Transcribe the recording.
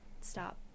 stop